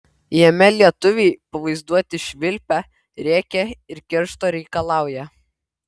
jame lietuviai pavaizduoti švilpią rėkią ir keršto reikalaują